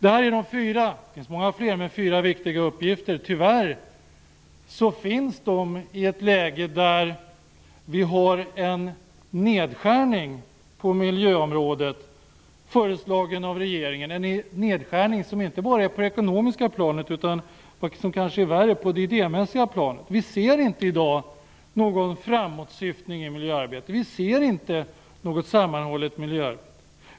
Dessa är de fyra - det finns många fler - viktiga uppgifterna, i ett läge där vi tyvärr har en nedskärning på miljöområdet föreslagen av regeringen, inte bara på det ekonomiska planet utan också, som kanske är värre, på det idémässiga planet. Vi ser inte i dag någon framåtsyftning i miljöarbetet. Vi ser inte något sammanhållet miljöarbete.